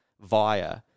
via